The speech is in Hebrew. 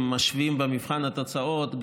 אם משווים במבחן התוצאות,